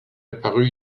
apparue